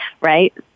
right